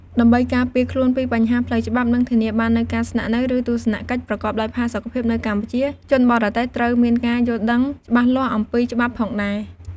ដើម្បីការពារខ្លួនពីបញ្ហាផ្លូវច្បាប់ និងធានាបាននូវការស្នាក់នៅ ឬទស្សនកិច្ចប្រកបដោយផាសុកភាពនៅកម្ពុជា ជនបរទេសត្រូវមានការយល់ដឹងច្បាស់លាស់អំពីច្បាប់ផងដែរ។